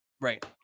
right